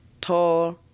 tall